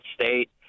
State